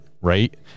right